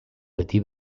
beti